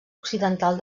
occidental